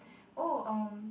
oh um